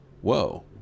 whoa